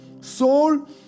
Soul